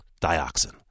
dioxin